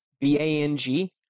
B-A-N-G